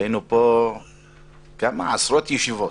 שהיינו פה עשרות ישיבות.